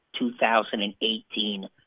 2018